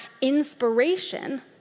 inspiration